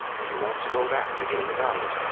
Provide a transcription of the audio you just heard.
do you want to go back to being anonymous?